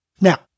Now